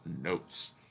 notes